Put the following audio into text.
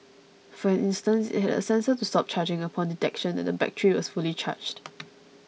for instance it had a sensor to stop charging upon detection that the battery was fully charged